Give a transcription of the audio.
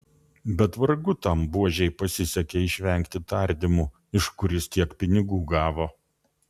bet vargu tam buožei pasisekė išvengti tardymų iš kur jis tiek pinigų gavo